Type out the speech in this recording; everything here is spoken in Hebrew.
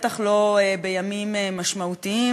בטח לא בימים משמעותיים.